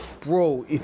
bro